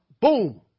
boom